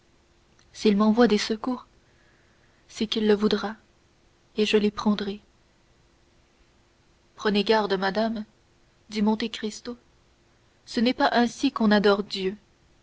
s'il m'envoie des secours c'est qu'il le voudra et je les prendrai prenez garde madame dit monte cristo ce n'est pas ainsi qu'on adore dieu